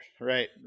Right